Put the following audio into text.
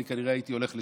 כנראה הייתי הולך לשם.